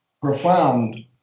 profound